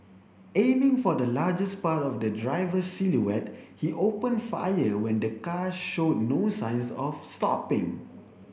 aiming for the largest part of the driver's silhouette he opened fire when the car showed no signs of stopping